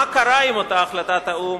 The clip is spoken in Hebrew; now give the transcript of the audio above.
מה קרה עם אותה החלטת האו"ם,